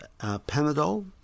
Panadol